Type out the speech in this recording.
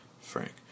Frank